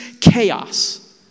chaos